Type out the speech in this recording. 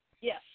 Yes